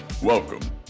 Welcome